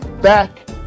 back